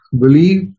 believe